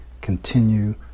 continue